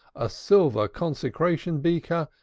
a silver consecration beaker,